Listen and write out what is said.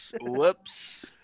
Whoops